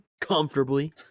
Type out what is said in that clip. comfortably